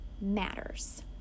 matters